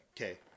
Okay